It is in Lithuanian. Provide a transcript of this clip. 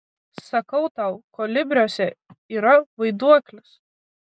sakau tau kolibriuose yra vaiduoklis